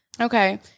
Okay